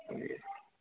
جی